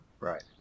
Right